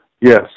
Yes